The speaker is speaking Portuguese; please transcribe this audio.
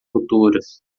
futuras